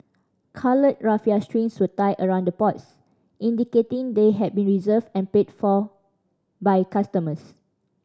coloured raffia strings were tied around the pots indicating they had been reserved and paid for by customers